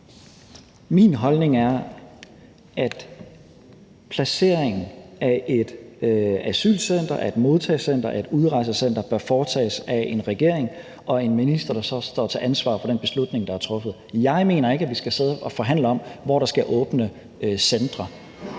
Min holdning er, at placeringen af et asylcenter, af et modtagecenter, af et udrejsecenter bør foretages af en regering og en minister, der så står til ansvar for den beslutning, der er truffet. Jeg mener ikke, at vi skal sidde og forhandle om, hvor der skal åbne centre.